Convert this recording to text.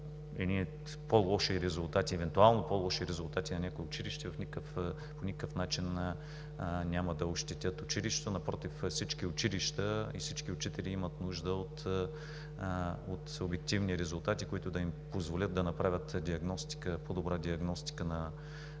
като едни евентуално по-лоши резултати на някое училище по никакъв начин няма да ощетят училището – напротив, всички училища и всички учители имат нужда от обективни резултати, които да им позволят да направят по-добра диагностика на